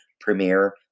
premiere